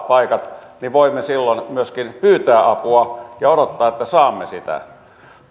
paikat niin voimme silloin myöskin pyytää apua ja odottaa että saamme sitä